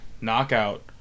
knockout